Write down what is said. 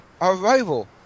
arrival